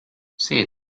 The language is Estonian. see